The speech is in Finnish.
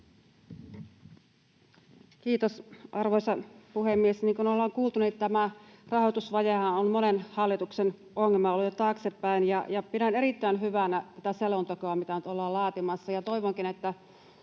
Kiitos, arvoisa puhemies! Niin kuin ollaan kuultu, tämä rahoitusvajehan on monen hallituksen ongelma ollut jo taaksepäin. Pidän erittäin hyvänä tätä selontekoa, mitä nyt ollaan laatimassa, ja toivonkin, että